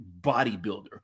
bodybuilder